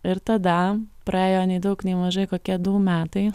ir tada praėjo nei daug nei mažai kokie du metai